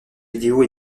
vidéo